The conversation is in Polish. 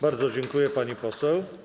Bardzo dziękuję, pani poseł.